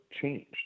changed